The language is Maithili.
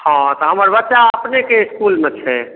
हँ तऽ हमर बच्चा अपनेकेँ इसकुलमे छै